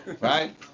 right